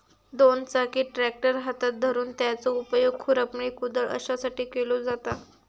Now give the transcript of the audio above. दोन चाकी ट्रॅक्टर हातात धरून त्याचो उपयोग खुरपणी, कुदळ अश्यासाठी केलो जाता